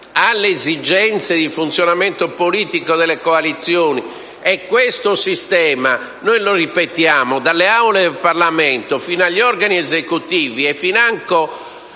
alle esigenze di funzionamento politico delle coalizioni e questo sistema noi lo ripetiamo dalle Aule del Parlamento fino agli organi esecutivi e finanche